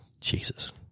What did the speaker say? jesus